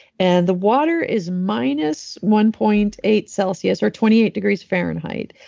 and the water is minus one point eight celsius or twenty eight degrees fahrenheit,